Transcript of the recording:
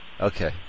Okay